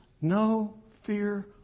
no-fear